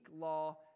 law